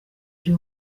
biri